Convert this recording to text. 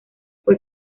fue